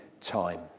time